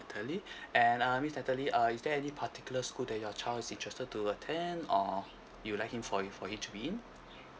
natalie and uh miss natalie uh is there any particular school that your child is interested to attend or you would like him for him for him to be in